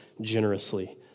generously